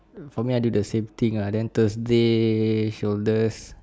for me I do the same thing uh then thursday shoulders